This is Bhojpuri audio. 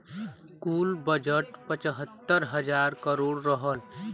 कुल बजट पचहत्तर हज़ार करोड़ रहल